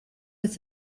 with